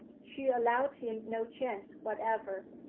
she allowed him no chance whatever.